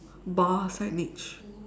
bar signage